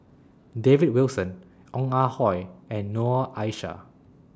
David Wilson Ong Ah Hoi and Noor Aishah